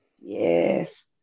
yes